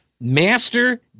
master